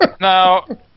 Now